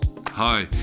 hi